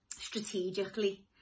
strategically